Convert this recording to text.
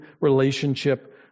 relationship